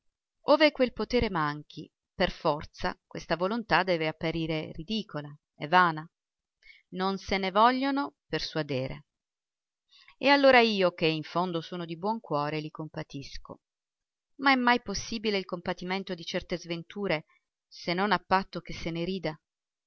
ove quel potere manchi per forza questa volontà deve apparire ridicola e vana non se ne vogliono persuadere e allora io che in fondo sono di buon cuore li compatisco ma è mai possibile il compatimento di certe sventure se non a patto che se ne rida